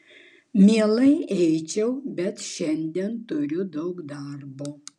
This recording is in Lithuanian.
mielai eičiau bet šiandien turiu daug darbo